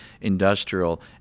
industrial